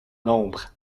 l’ombre